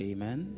Amen